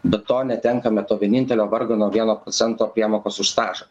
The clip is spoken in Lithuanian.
be to netenkame to vienintelio vargano vieno procento priemokos už stažą